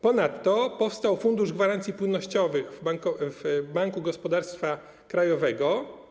Ponadto powstał Fundusz Gwarancji Płynnościowych w Banku Gospodarstwa Krajowego.